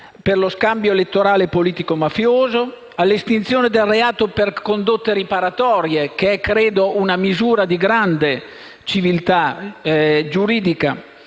e lo scambio elettorale politico-mafioso, all'estinzione del reato per condotte riparatorie (che è, credo, una misura di grande civiltà giuridica);